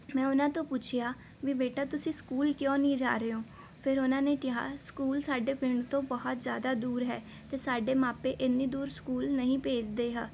ਮੈਂ ਉਹਨਾਂ ਤੋਂ ਪੁੱਛਿਆ ਵੀ ਬੇਟਾ ਤੁਸੀਂ ਸਕੂਲ ਕਿਉਂ ਨਹੀਂ ਜਾ ਰਹੇ ਹੋ ਫਿਰ ਉਹਨਾਂ ਨੇ ਕਿਹਾ ਸਕੂਲ ਸਾਡੇ ਪਿੰਡ ਤੋਂ ਬਹੁਤ ਜ਼ਿਆਦਾ ਦੂਰ ਹੈ ਅਤੇ ਸਾਡੇ ਮਾਪੇ ਐਨੀ ਦੂਰ ਸਕੂਲ ਨਹੀਂ ਭੇਜਦੇ ਹੈ